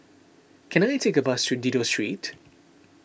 can I take a bus to Dido Street